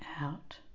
out